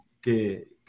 que